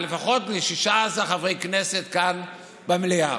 לפחות ל-16 חברי כנסת כאן במליאה: